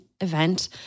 event